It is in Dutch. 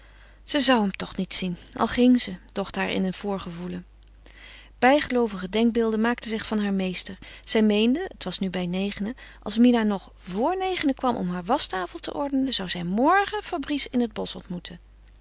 zij zou hem toch niet zien al ging ze docht haar in een voorgevoelen bijgeloovige denkbeelden maakten zich van haar meester zij meende het was nu bij negenen als mina nog vor negenen kwam om haar waschtafel te ordenen zou zij morgen fabrice in het bosch